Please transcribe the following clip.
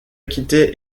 acquitté